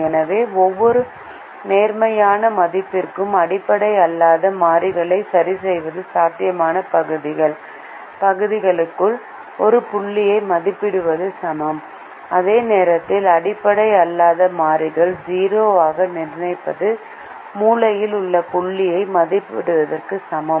எனவே எந்தவொரு நேர்மறையான மதிப்பிற்கும் அடிப்படை அல்லாத மாறிகளை சரிசெய்வது சாத்தியமான பகுதிக்குள் ஒரு புள்ளியை மதிப்பிடுவதற்கு சமம் அதே நேரத்தில் அடிப்படை அல்லாத மாறிகள் 0 ஆக நிர்ணயிப்பது மூலையில் உள்ள புள்ளியை மதிப்பிடுவதற்கு சமம்